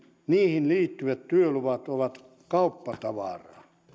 niihin liittyvät työluvat ovat kauppatavaraa